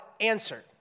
answered